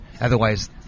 Otherwise